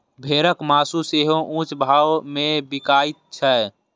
भेड़क मासु सेहो ऊंच भाव मे बिकाइत छै